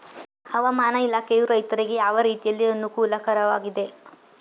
ಹವಾಮಾನ ಇಲಾಖೆಯು ರೈತರಿಗೆ ಯಾವ ರೀತಿಯಲ್ಲಿ ಅನುಕೂಲಕರವಾಗಿದೆ?